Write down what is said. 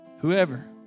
whoever